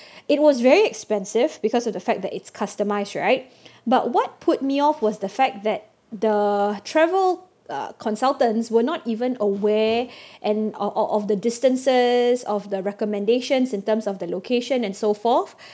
it was very expensive because of the fact that it's customised right but what put me off was the fact that the travel uh consultants were not even aware and of of of the distances of the recommendations in terms of the location and so forth